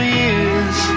years